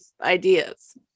ideas